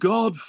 God